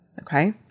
Okay